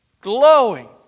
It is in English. glowing